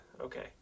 Okay